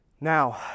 Now